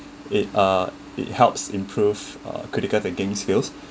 it uh it helps improve uh critical thinking skills